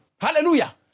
Hallelujah